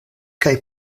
kaj